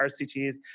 RCTs